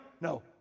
No